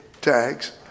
tags